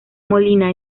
molina